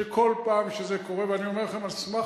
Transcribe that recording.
שכל פעם שזה קורה ואני אומר לכם על סמך